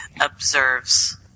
observes